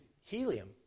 helium